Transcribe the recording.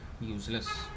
Useless